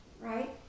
Right